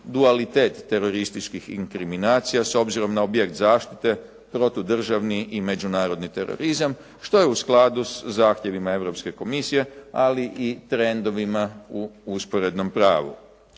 dualitet terorističkih inkriminacija s obzirom na objekt zaštite, protudržavni i međunarodni terorizam što je u skladu s zahtjevima Europske komisije ali i trendovima u usporednom pravu.